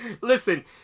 Listen